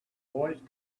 voice